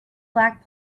black